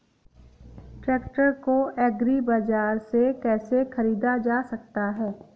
Tractor को agri बाजार से कैसे ख़रीदा जा सकता हैं?